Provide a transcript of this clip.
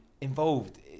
involved